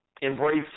Embrace